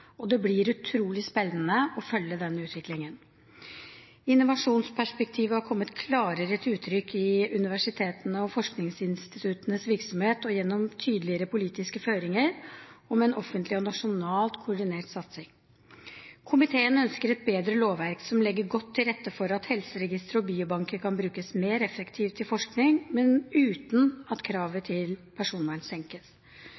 og det blir utrolig spennende å følge denne utviklingen. Innovasjonsperspektivet har kommet klarere til uttrykk i universitetenes og forskningsinstituttenes virksomhet, og gjennom tydeligere politiske føringer og med en offentlig og nasjonalt koordinert satsing. Komiteen ønsker et bedre lovverk som legger godt til rette for at helseregistre og biobanker kan brukes mer effektivt i forskning, men uten at